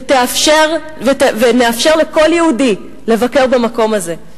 ונאפשר לכל יהודי לבקר במקום הזה.